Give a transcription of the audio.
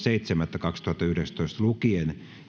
seitsemättä kaksituhattayhdeksäntoista lukien